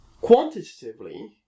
quantitatively